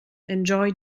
enjoy